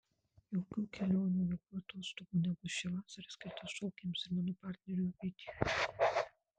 jokių kelionių jokių atostogų nebus ši vasara skirta šokiams ir mano partneriui ovidijui